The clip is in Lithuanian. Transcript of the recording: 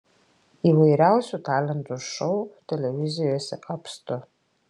įvairiausių talentų šou televizijose apstu